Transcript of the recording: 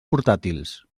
portàtils